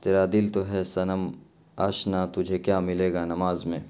ترا دل تو ہے صنم آشنا تجھے کیا ملے گا نماز میں